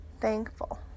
thankful